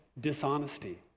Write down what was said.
dishonesty